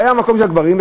והיה מקום של הגברים,